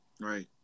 Right